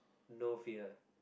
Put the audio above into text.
know fear